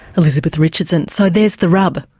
elizabeth richardson. so there's the rub.